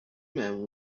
man